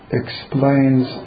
explains